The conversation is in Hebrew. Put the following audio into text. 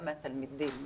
גם מהתלמידים,